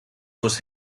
was